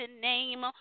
name